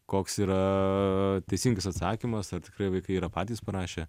koks yra teisingas atsakymas ar tikrai vaikai yra patys parašę